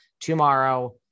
tomorrow